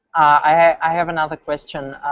i have another question,